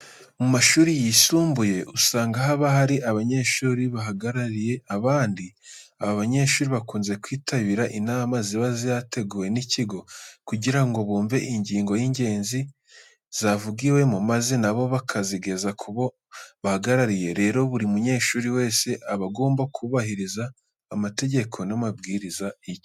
Mu mashuri yisumbuye usanga haba hari abanyeshuri bahagarariye abandi, aba banyeshuri bakunze kwitabira inama ziba zateguwe n'ikigo kugira ngo bumve ingingo z'ingenzi zavugiwemo maze na bo bakazigeza ku bo bahagarariye. Rero buri munyeshuri wese aba agomba kubahiriza amategeko n'amabwiriza y'ikigo.